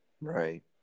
Right